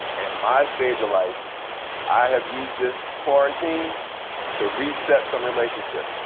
and my stage of life i have used this quarantine to reset some relationships.